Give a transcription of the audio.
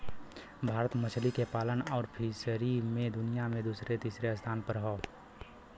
भारत मछली के पालन आउर फ़िशरी मे दुनिया मे दूसरे तीसरे स्थान पर हौ